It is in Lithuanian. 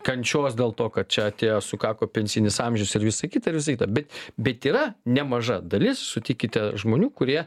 kančios dėl to kad čia atėjo sukako pensijinis amžius ir visa kita ir visa kita bet bet yra nemaža dalis sutikite žmonių kurie